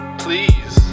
please